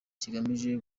kigamije